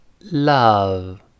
love